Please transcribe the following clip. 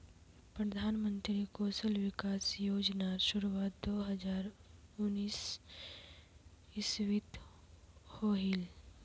प्रधानमंत्री कौशल विकाश योज्नार शुरुआत दो हज़ार उन्नीस इस्वित होहिल